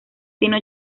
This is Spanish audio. tiene